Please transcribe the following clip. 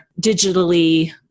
digitally